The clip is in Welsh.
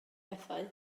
bethau